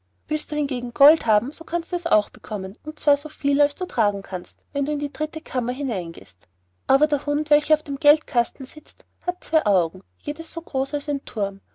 willst du hingegen gold haben so kannst du es auch bekommen und zwar so viel als du tragen willst wenn du in die dritte kammer hineingehst aber der hund welcher auf dem geldkasten sitzt hat zwei augen jedes so groß als ein turm